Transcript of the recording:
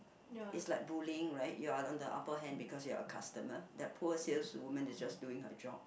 is like bullying right you are on the upper hand because you are a customer that poor saleswoman is just doing her job